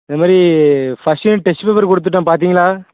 இது மாதிரி first unit test paper கொடுத்துட்டேன் பார்த்தீங்களா